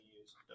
use